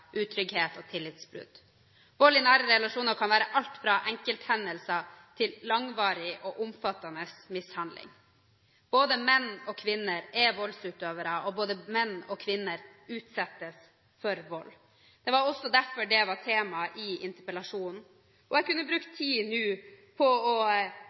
utrygghet og tillitsbrudd. Vold i nære relasjoner kan være alt fra enkelthendelser til langvarig og omfattende mishandling. Både menn og kvinner er voldsutøvere, og både menn og kvinner utsettes for vold. Det var også derfor det var temaet i interpellasjonen. Jeg kunne brukt tid nå på å